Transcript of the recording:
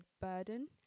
burden